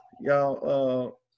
Y'all